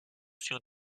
sur